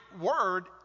word